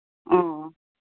ᱚ